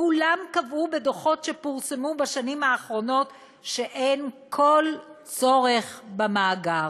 כולם קבעו בדוחות שפורסמו בשנים האחרונות שאין כל צורך במאגר.